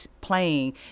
playing